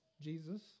Jesus